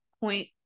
point